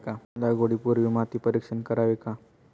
लागवडी पूर्वी माती परीक्षण करावे का?